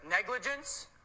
negligence